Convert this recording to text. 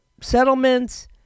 settlements